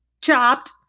chopped